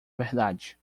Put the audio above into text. verdade